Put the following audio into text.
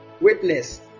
witness